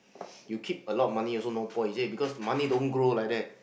you keep a lot of money also no point he said because money don't grow like that